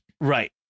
Right